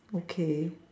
okay